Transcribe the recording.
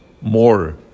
more